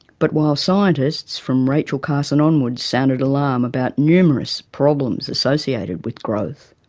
but while scientists from rachel carson onwards sounded alarm about numerous problems associated with growth,